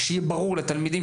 ושיהיה ברור לתלמידים,